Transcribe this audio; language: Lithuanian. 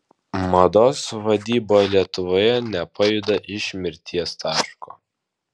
mados vadyba lietuvoje nepajuda iš mirties taško